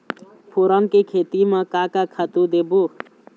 फोरन के खेती म का का खातू देबो?